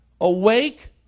Awake